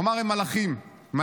הוא אמר: הם מלאכים ומלאכיות.